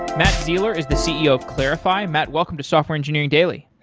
matt zeiler is the ceo of clarifai. matt, welcome to software engineering daily.